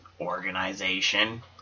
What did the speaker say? organization